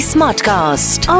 Smartcast